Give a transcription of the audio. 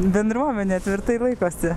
bendruomenė tvirtai laikosi